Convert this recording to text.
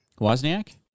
Wozniak